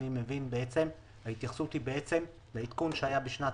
אני מבין שההתייחסות היא לעדכון שהיה בשנת